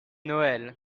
noël